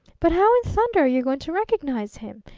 but how in thunder are you going to recognize him?